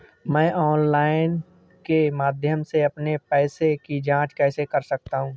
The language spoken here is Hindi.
मैं ऑनलाइन के माध्यम से अपने पैसे की जाँच कैसे कर सकता हूँ?